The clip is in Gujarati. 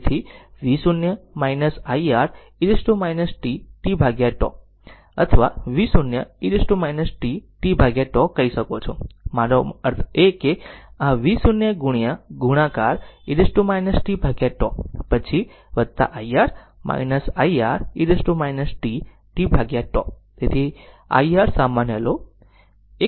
તેથી V v0 I R e t tτ અથવા v0 e t tτ કહી શકો છો મારો અર્થ છે કે આ v0 ગુણાકાર e t tτ પછી I R I R e t tτ